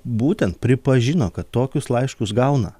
būtent pripažino kad tokius laiškus gauna